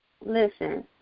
Listen